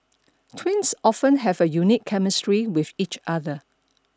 twins often have a unique chemistry with each other